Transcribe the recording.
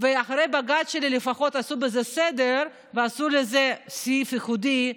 ואחרי הבג"ץ שלי לפחות עשו בזה סדר ועשו לזה סעיף ייחודי,